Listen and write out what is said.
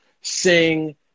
sing